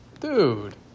Dude